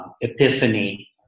Epiphany